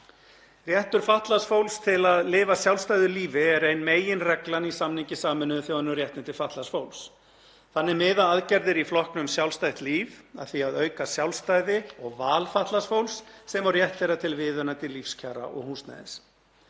Réttur fatlaðs fólks til að lifa sjálfstæðu lífi er ein meginreglan í samningi Sameinuðu þjóðanna um réttindi fatlaðs fólks. Þannig miða aðgerðir í flokknum sjálfstætt líf að því að auka sjálfstæði og val fatlaðs fólks, sem og rétt þeirra til viðunandi lífskjara og húsnæðis.